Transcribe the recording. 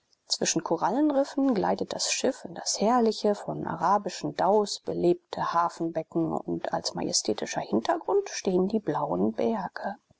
zwischen korallenriffen gleitet das schiff in das herrliche von arabischen dhaus belebte hafenbecken und als majestätischer hintergrund stehen die blauen berge